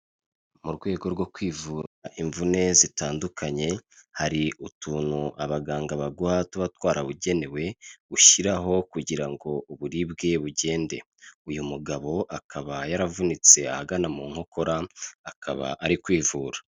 Mu rwego rwo kwivura imvune zitandukanye hari utuntu abaganga baguha tuba twarabugenewe ushyiraho kugirango uburibwe bugende. Uyu mugabo akaba yaravunitse ahagana mu nkokora akaba ari kwivura.